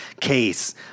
case